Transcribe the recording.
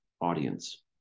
audience